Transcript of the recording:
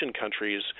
countries